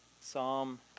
Psalm